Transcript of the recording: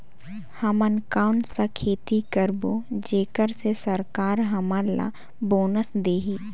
हमन कौन का खेती करबो जेकर से सरकार हमन ला बोनस देही?